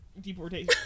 deportation